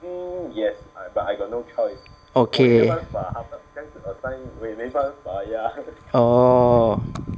okay orh